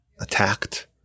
attacked